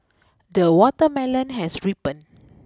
the watermelon has ripened